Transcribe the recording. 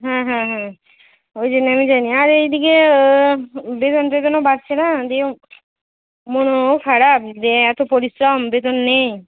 হ্যাঁ হ্যাঁ হ্যাঁ ওই জন্য আমি যাই নি আর এই দিকেও বেতন টেতনও বাড়ছে না দিয়ে মনও খারাপ যে এত পরিশ্রম বেতন নেই